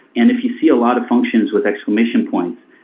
and if you see a lot of functions with exclamation points,